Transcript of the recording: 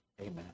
Amen